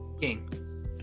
king